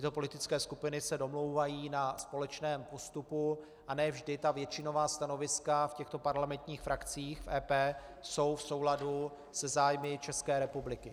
Tyto politické skupiny se domlouvají na společném postupu a ne vždy ta většinová stanoviska v těchto parlamentních frakcích v EP jsou v souladu se zájmy České republiky.